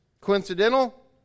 Coincidental